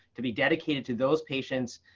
to be dedicated to those patients,